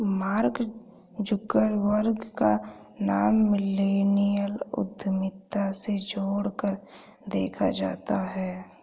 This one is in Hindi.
मार्क जुकरबर्ग का नाम मिल्लेनियल उद्यमिता से जोड़कर देखा जाता है